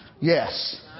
yes